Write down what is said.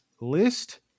list